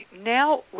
Now